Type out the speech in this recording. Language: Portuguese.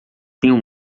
tenho